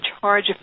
charge